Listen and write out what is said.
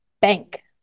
bank